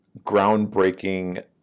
groundbreaking